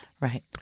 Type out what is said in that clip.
Right